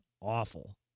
awful